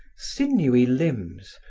sinewy limbs,